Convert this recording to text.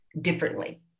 differently